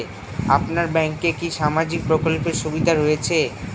আপনার ব্যাংকে কি সামাজিক প্রকল্পের সুবিধা রয়েছে?